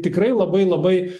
tikrai labai labai